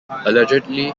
allegedly